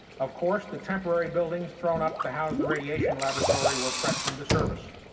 of course, the temporary buildings thrown up to house the radiation laboratory were pressed into service.